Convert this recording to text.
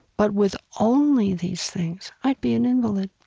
but with only these things, i'd be an invalid